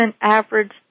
average